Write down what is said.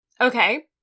Okay